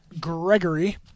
Gregory